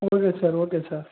okay sir okay sir